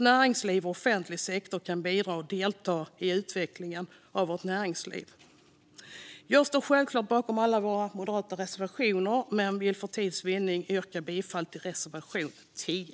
Näringsliv och offentlig sektor ska båda kunna bidra till och delta i utvecklingen av vårt näringsliv. Jag står självklart bakom alla våra moderata reservationer, men för tids vinning yrkar jag bifall endast till reservation 10.